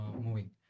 moving